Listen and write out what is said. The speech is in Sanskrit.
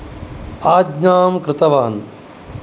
आज्ञां कृतवान्